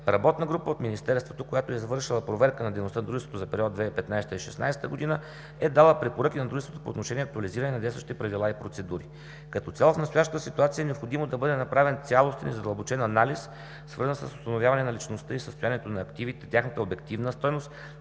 Работна група от министерството, която е извършила проверка на дейността на Дружеството за периода 2015 – 2016 г., е дала препоръки на Дружеството по отношение актуализиране на действащи правила и процедури. Като цяло в настоящата ситуация е необходимо да бъде направен цялостен и задълбочен анализ, свързан с установяване на личността и състоянието на активите, тяхната обективна стойност,